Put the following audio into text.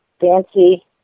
Fancy